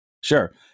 Sure